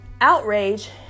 outrage